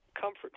comfort